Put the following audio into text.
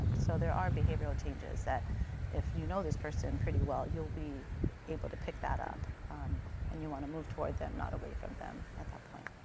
um so there are behavioral changes that if you know this person pretty well, you'll be able to pick that up and you want to move towards them, not away from them at that point.